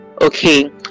okay